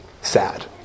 sad